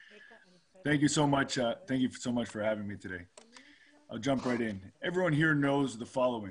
כולכם יודעים שהקהילה היהודית